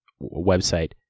website